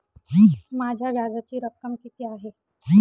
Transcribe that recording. माझ्या व्याजाची रक्कम किती आहे?